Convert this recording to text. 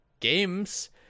games